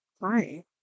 hi